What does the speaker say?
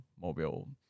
mobile